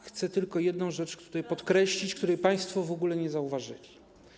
Chcę tylko jedną rzecz podkreślić, której państwo w ogóle nie zauważają.